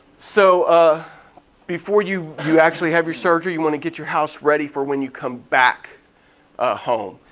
so ah before you you actually have your surgery you wanna get your house ready for when you come back ah home.